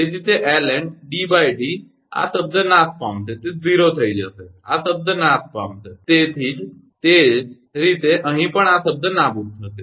તેથી તે ln𝐷𝐷 આ શબ્દ નાશ પામશે તે 0 થઈ જશે આ શબ્દ નાશ પામશે તે જ રીતે અહીં પણ આ શબ્દ નાબૂદ થશે